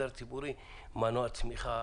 הציבורי למדתי מושגים כמו מנוע צמיחה,